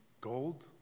gold